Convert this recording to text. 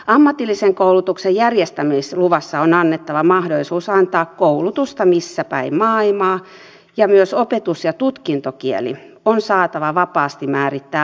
ammatillisen koulutuksen järjestämisluvassa on annettava mahdollisuus antaa koulutusta missä päin maailmaa tahansa ja myös opetus ja tutkintokieli on saatava vapaasti määrittää maakohtaisesti